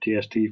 TST